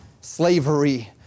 slavery